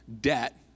debt